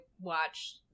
watch